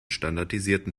standardisierten